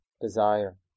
desire